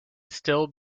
still